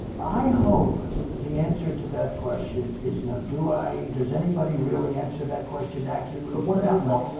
i hope the answer to that question is not do i, does anybody, really answer that question accurately? but what about